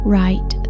right